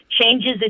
changes